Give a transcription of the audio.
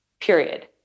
period